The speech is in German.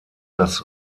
das